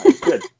Good